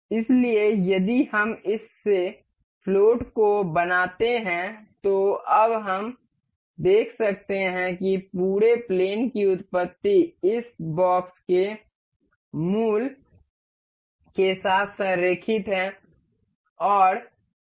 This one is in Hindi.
इसलिए यदि हम इस फ्लोट को बनाते हैं तो अब हम देख सकते हैं कि पूरे प्लेन की उत्पत्ति इस बॉक्स के मूल के साथ संरेखित है